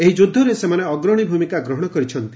ଏହି ଯୁଦ୍ଧରେ ସେମାନେ ଅଗ୍ରଣୀ ଭୂମିକା ଗ୍ରହଣ କରିଛନ୍ତି